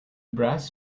brass